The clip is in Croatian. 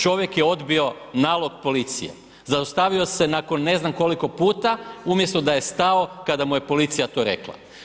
Čovjek je odbio nalog policije, zaustavio se nakon ne znam koliko puta, umjesto da je stao kada mu je policija to rekla.